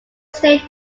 state